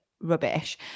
rubbish